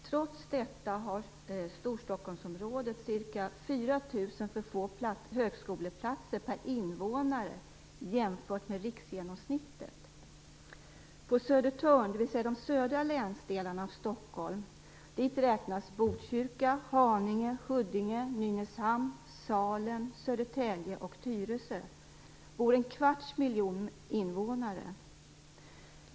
Trots detta har Storstockholmsområdet ca 4 000 för få högskoleplatser i förhållande till antalet invånare, jämfört med riksgenomsnittet. Nynäshamn, Salem, Södertälje och Tyresö - bor en kvarts miljon invånare.